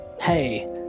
Hey